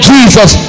Jesus